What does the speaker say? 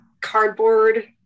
cardboard